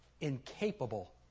incapable